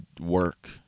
work